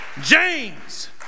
James